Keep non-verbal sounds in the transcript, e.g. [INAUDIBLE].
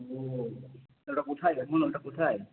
ও তা ওটা কোথায় [UNINTELLIGIBLE] ওটা কোথায়